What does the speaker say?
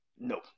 No